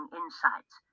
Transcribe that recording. insights